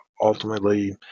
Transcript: ultimately